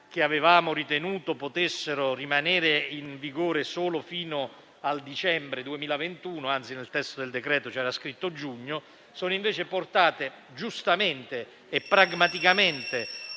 che avevamo ritenuto potessero rimanere in vigore solo fino a dicembre 2021 (anzi, nel testo del decreto c'era scritto giugno), sono portate giustamente e pragmaticamente